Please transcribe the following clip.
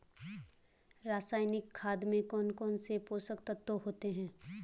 रासायनिक खाद में कौन कौन से पोषक तत्व होते हैं?